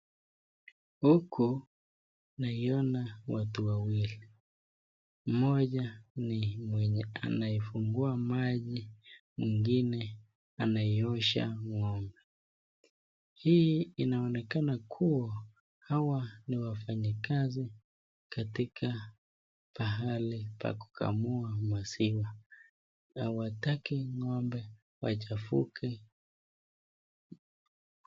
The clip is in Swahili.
Huku, naiona watu wawili. Mmoja ni mwenye anaifungua maji, mwingine anaiosha ng'ombe. Hii inaonekana kuwa hawa ni wafanyikazi katika pahali pa kukamua maziwa. Hawataki ng'ombe wachafuke.